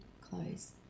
close